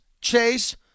Chase